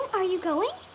are you going?